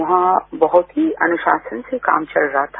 वहां बहत ही अनुशासन से काम चल रहा था